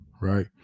right